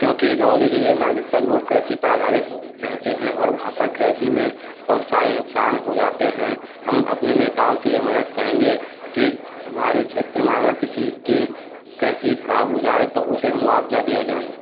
क्योंकि करौली जिले में अधिकतर लोग कृषि पर आधारित हो रहते हैं और वहाँ पर कृषि में बहुत सारी नुक़सान हो जाते हैं हम अपने नेताओं से ये मदद चाहेंगे कि हमारे क्षेत्र में अगर किसी की कृषि ख़राब हो जाए तो उसे मुआवजा दिया जाये